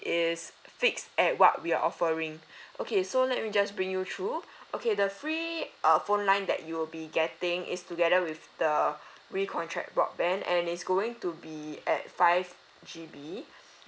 is fixed at what we're offering okay so let me just bring you through okay the free err phone line that you'll be getting is together with the recontract broadband and it's going to be at five G_B